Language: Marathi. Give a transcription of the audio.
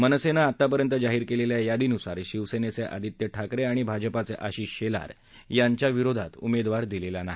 मनसेनं आत्तापर्यंत जाहीर केलेल्या यादीनुसार शिवसेनेचे आदित्य ठाकरे आणि भाजपाचे आशिष शेलार यांच्याविरोधात उमेदवार दिलेला नाही